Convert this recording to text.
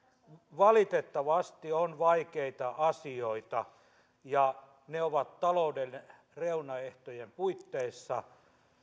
valitettavasti on vaikeita asioita ja ne ovat talouden reunaehtojen puitteissa